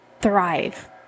thrive